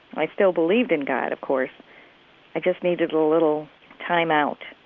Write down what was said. i still believed in god of course i just needed a little time out.